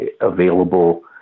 available